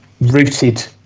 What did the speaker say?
rooted